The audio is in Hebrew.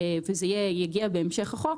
וזה יגיע בהמשך החוק,